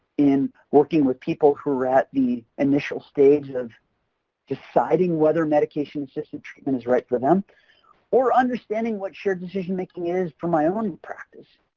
in working with people who are at the initial stage of deciding whether medication-assisted treatment is right for them or understanding what shared decision-making is for my own practice,